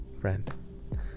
friend